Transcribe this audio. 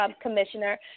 Commissioner